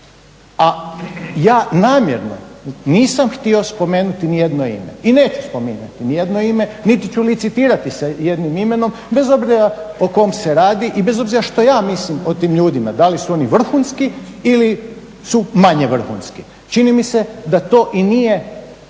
A ja namjerno nisam htio spomenuti nijedno ime i neću spominjati nijedno ime niti ću licitirati sa jednim imenom bez obzira o kom se radi i bez obzira što ja mislim o tim ljudima da li su oni vrhunski ili su manje vrhunski. Čini mi se da to i nije